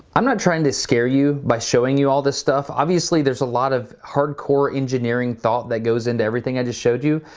i'm not trying to scare you by showing you all this stuff. obviously there's a lot of hard core engineering thought that goes into everything i just showed you,